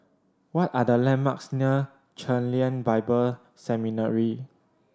what are the landmarks near Chen Lien Bible Seminary